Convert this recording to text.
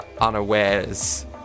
unawares